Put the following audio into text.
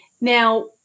Now